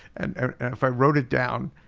and if i wrote it down,